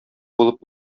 булып